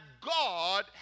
God